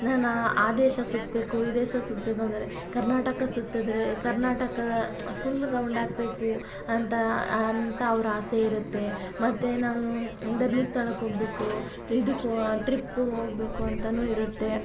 ನಾನು ಆ ದೇಶ ಸುತ್ತಬೇಕು ಈ ದೇಶ ಸುತ್ತಬೇಕು ಅಂತಾರೆ ಕರ್ನಾಟಕ ಸುತ್ತಿದರೆ ಕರ್ನಾಟಕ ಫುಲ್ ರೌಂಡ್ ಹಾಕಬೇಕು ಅಂತ ಅಂತ ಅವ್ರ ಆಸೆ ಇರುತ್ತೆ ಮತ್ತು ನಾನು ಧರ್ಮಸ್ಕ್ಥಳಕ್ಕೆ ಹೋಗಬೇಕು ಇದಕ್ಕೂ ಟ್ರಿಪ್ಪಿಗೆ ಹೋಗ್ಬೇಕು ಅಂತಲೂ ಇರುತ್ತೆ